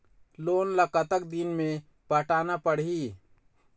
Loan ला कतका दिन मे पटाना पड़ही?